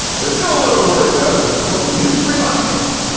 there's still a little worried, though this report from news three, las vegas,